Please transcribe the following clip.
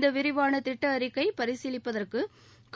இந்த விரிவாள திட்ட அறிக்கை பரிசீலிப்பதற்கு